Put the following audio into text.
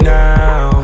now